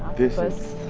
this is.